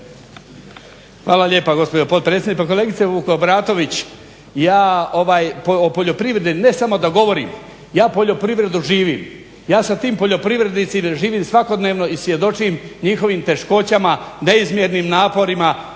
Hvala lijepa gospođo potpredsjednice.